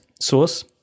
source